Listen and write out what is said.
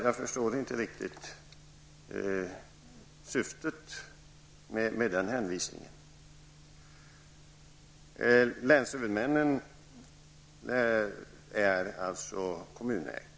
Jag förstår inte riktigt syftet med den hänvisningen. Länshuvudmännen är ju kommunägda.